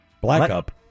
Black-up